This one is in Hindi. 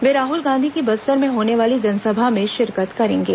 वे राहुल गांधी की बस्तर में होने वाली जनसभा में शिरकत करेंगे